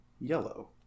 yellow